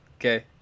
okay